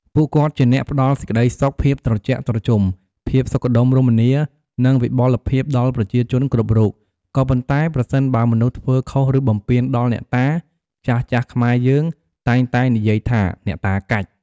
ពួកគាត់ជាអ្នកផ្ដល់សេចក្ដីសុខ ភាពត្រជាក់ត្រជុំ ភាពសុខដុមរមនា និងវិបុលភាពដល់ប្រជាជនគ្រប់រូប ក៏ប៉ុន្តែប្រសិនបើមនុស្សធ្វើខុសឬបំពានដល់អ្នកតា ចាស់ៗខ្មែរយើងតែងតែនិយាយថាអ្នកតាកាច់។